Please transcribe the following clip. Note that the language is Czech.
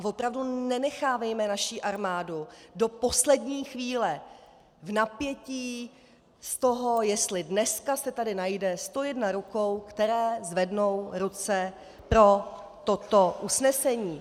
Opravdu nenechávejme naši armádu do poslední chvíle v napětí z toho, jestli dneska se tady najde 101 rukou, které zvednou ruce pro toto usnesení.